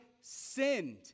sinned